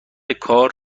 کار